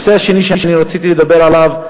הנושא השני שרציתי לדבר עליו,